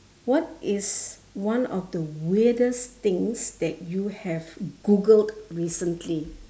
what is one of the weirdest things that you have googled recently